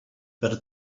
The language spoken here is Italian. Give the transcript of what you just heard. per